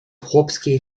chłopskiej